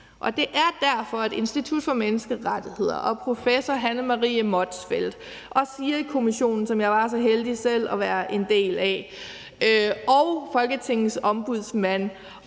Det er derfor, at Institut for Menneskerettigheder og professor Hanne Marie Motzfeldt og SIRI-Kommissionen, som jeg var så heldig selv at være en del af, og Folketingets Ombudsmand